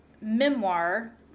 memoir